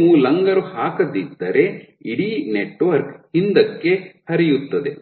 ನೀವು ಲಂಗರು ಹಾಕದಿದ್ದರೆ ಇಡೀ ನೆಟ್ವರ್ಕ್ ಹಿಂದಕ್ಕೆ ಹರಿಯುತ್ತದೆ